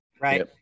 right